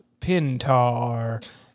Pintar